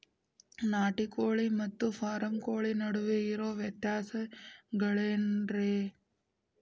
ನಾಟಿ ಕೋಳಿ ಮತ್ತ ಫಾರಂ ಕೋಳಿ ನಡುವೆ ಇರೋ ವ್ಯತ್ಯಾಸಗಳೇನರೇ?